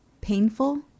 painful